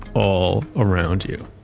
all around you.